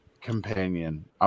companion